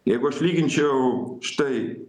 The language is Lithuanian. jeigu aš lyginčiau štai